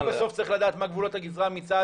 אני בסוף צריך לדעת מה גבולות הגזרה מצד